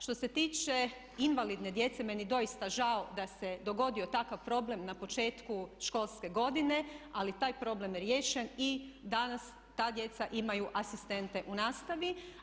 Što se tiče invalidne djece meni je doista žao da se dogodio takav problem na početku školske godine ali taj problem je riješen i danas ta djeca imaju asistente u nastavi.